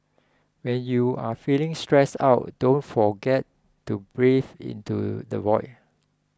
when you are feeling stressed out don't forget to breathe into the void